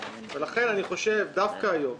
לכן אני חושב שדווקא היום